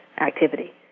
activity